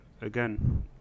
again